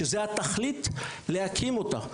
שזה התכלית להקים אותו,